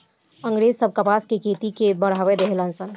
अँग्रेज सब कपास के खेती के बढ़ावा देहलन सन